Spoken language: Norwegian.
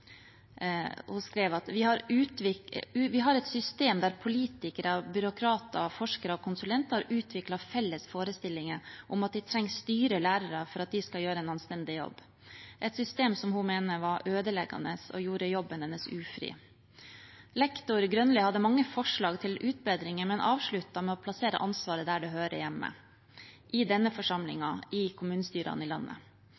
Hun skrev: «Vi har et system der politikere, byråkrater, forskere og konsulenter har utviklet felles forestillinger om at de trenger å styre lærere for at de skal gjøre en anstendig jobb.» Det var et system som hun mente var ødeleggende, og som gjorde jobben hennes ufri. Lektor Grønlie hadde mange forslag til utbedringer, men avsluttet med å plassere ansvaret der det hører hjemme: i denne